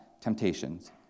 temptations